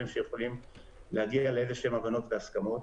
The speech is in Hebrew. שיכולים להגיע לאיזשהן הבנות והסכמות.